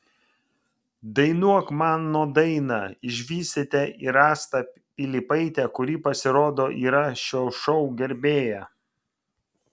dainuok mano dainą išvysite ir astą pilypaitę kuri pasirodo yra šio šou gerbėja